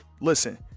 listen